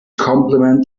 compliment